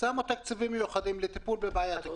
שמו תקציבים מיוחדים לטיפול בבעיית הקורונה.